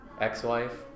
ex-wife